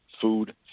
food